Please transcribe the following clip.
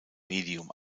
medium